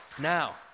Now